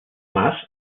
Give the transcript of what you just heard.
mas